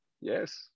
Yes